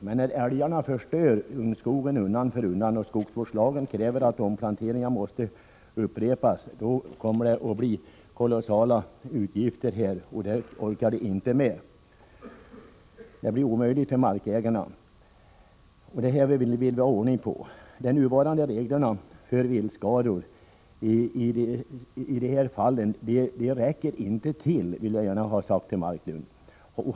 Men när älgarna förstör ungskogen undan för undan och skogsvårdslagen kräver att omplanteringen måste upprepas, då kommer det att bli kolossala utgifter, och det orkar de inte med. Det blir omöjligt för markägarna att klara detta, och vi motionärer vill ha ordning på saken. De nuvarande reglerna när det gäller viltskador i dessa fall räcker inte — det vill jag gärna ha sagt till Leif Marklund.